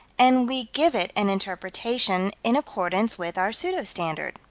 and we give it an interpretation, in accordance with our pseudo-standard.